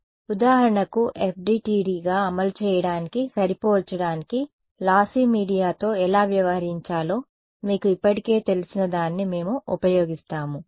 కాబట్టి ఉదాహరణకు FDTDగా అమలు చేయడానికి సరిపోల్చడానికి లాస్సి మీడియా తో ఎలా వ్యవహరించాలో మీకు ఇప్పటికే తెలిసిన దాన్ని మేము ఉపయోగిస్తాము